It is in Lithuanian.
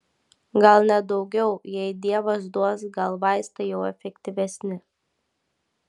gal net daugiau jei dievas duos gal vaistai jau efektyvesni